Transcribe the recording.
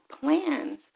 plans